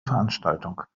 veranstaltung